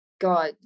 God